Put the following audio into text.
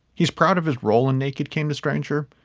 he's proud of his role in naked came to stranger,